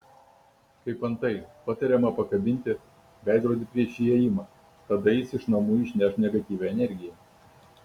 kaip antai patariama pakabinti veidrodį prieš įėjimą tada jis iš namų išneš negatyvią energiją